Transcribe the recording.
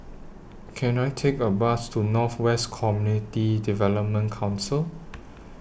Can I Take A Bus to North West Community Development Council